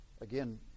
again